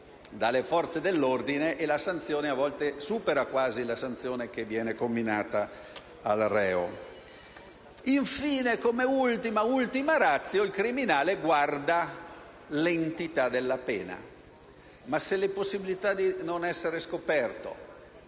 dalle forze dell'ordine e la sanzione a volte supera quasi quella che viene comminata al reo. Infine, come ultima *ratio*, il criminale guarda all'entità della pena. Ma se sono altissime le possibilità di non essere scoperto,